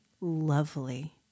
Lovely